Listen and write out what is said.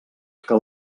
que